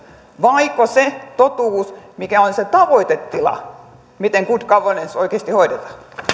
vaiko se totuus mikä on se tavoitetila miten good governance oikeasti hoidetaan